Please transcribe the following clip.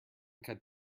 trying